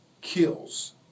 kills